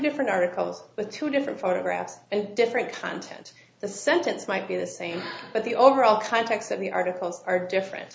different articles but two different photographs and different content the sentence might be the same but the overall context of the articles are different